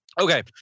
okay